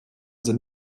sind